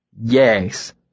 Yes